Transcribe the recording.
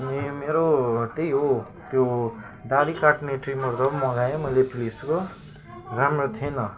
अनि मेरो त्यही हो त्यो दाह्री काट्ने ट्रिमर जब मगाएँ मैले फिलिप्सको राम्रो थिएन